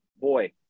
boy